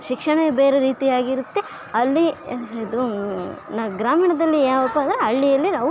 ಶಿಕ್ಷಣೆ ಬೇರೆ ರೀತಿಯಾಗಿ ಇರುತ್ತೆ ಅಲ್ಲಿ ಇದು ನ ಗ್ರಾಮೀಣದಲ್ಲಿ ಯಾವಪ್ಪ ಅಂದರೆ ಹಳ್ಳಿಯಲ್ಲಿ ನಾವು